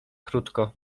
krótko